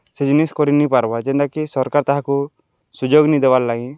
ସେ ଜିନିଷ୍ କରିନି ପାର୍ବା ଯେନ୍ତାକି ସର୍କାର୍ ତାହାକୁ ସୁଯୋଗ୍ ନେଇ ଦେବାର୍ ଲାଗି